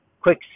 quick